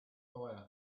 fire